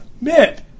Mitt